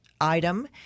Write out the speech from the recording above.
item